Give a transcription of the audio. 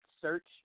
search